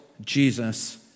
Jesus